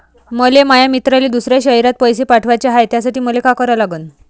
मले माया मित्राले दुसऱ्या शयरात पैसे पाठवाचे हाय, त्यासाठी मले का करा लागन?